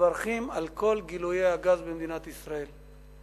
מברכים על כל גילויי הגז במדינת ישראל.